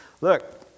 Look